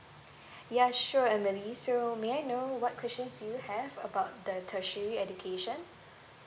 ya sure emily so may I know what questions do you have about the tertiary education